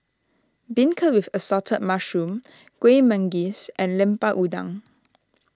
Beancurd with Assorted Mushrooms Kueh Manggis and Lemper Udang